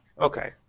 Okay